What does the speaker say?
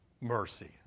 mercy